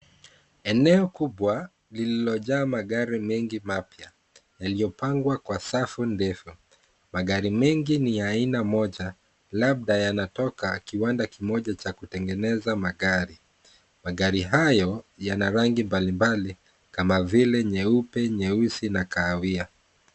Eneo kubwa lililojaa magari mengi mapya yaliyopangwa kwa safu ndefu ,magari mengi ni ya aina moja labda yanatoka kiwanda kimoja cha kutengeneza magari ,magari hayo yana rangi mbalimbali kama vile nyeupe ,nyeusi na kahawia.